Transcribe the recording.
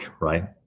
right